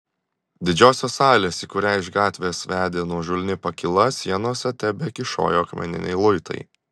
didžiosios salės į kurią iš gatvės vedė nuožulni pakyla sienose tebekyšojo akmeniniai luitai